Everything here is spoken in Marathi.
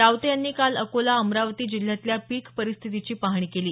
रावते यांनी काल अकोला अमरावती जिल्ह्यातल्या पीक परिस्थितीची पाहणी केली